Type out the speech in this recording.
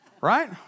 Right